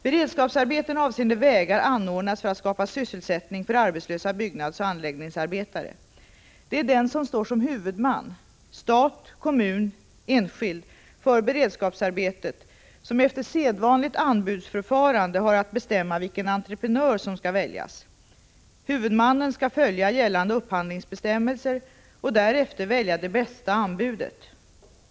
Beredskapsarbeten avseende vägar anordnas för att skapa sysselsättning för arbetslösa byggnadsoch anläggningsarbetare. Det är den som står som huvudman — stat, kommun, enskild — för beredskapsarbetet som efter sedvanligt anbudsförfarande har att bestämma vilken entreprenör som skall väljas. Huvudmannen skall följa gällande upphandlingsbestämmelser och därefter välja det bästa anbudet.